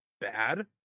bad